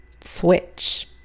switch